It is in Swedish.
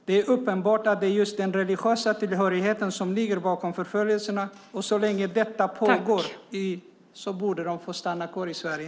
Det är uppenbart att det är just den religiösa tillhörigheten som ligger bakom förföljelserna. Så länge detta pågår borde de få stanna kvar i Sverige.